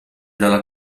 dalla